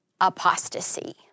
apostasy